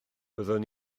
byddwn